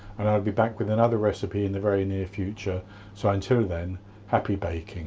and i'll be back with another recipe in the very near future so until then happy baking.